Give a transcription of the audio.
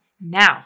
now